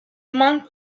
monk